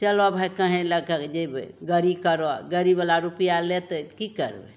चलऽ भाइ कहीँ लैके जएबै गाड़ी करऽ गड़ीवला रुपा लेतै तऽ कि करबै